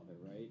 right